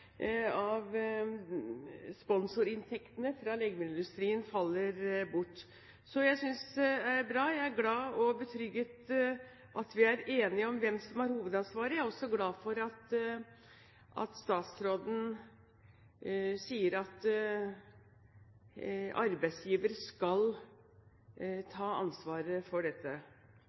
sponsorinntektene fra legemiddelindustrien faller bort. Jeg synes det er bra, og jeg er glad for og beroliget av at vi er enige om hvem som har hovedansvaret. Jeg er også glad for at statsråden sier at arbeidsgiver skal ta ansvaret for dette.